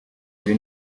ibi